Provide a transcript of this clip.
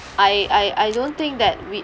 I I I don't think that we